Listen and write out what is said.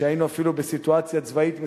והיינו אפילו בסיטואציה צבאית מסוימת,